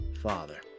Father